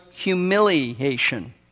Humiliation